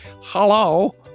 hello